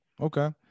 Okay